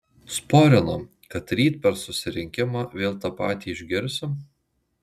sporinam kad ryt per susirinkimą vėl tą patį išgirsim